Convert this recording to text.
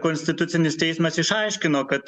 konstitucinis teismas išaiškino kad